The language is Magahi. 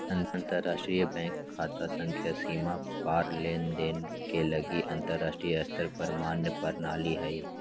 अंतरराष्ट्रीय बैंक खता संख्या सीमा पार लेनदेन के लागी अंतरराष्ट्रीय स्तर पर मान्य प्रणाली हइ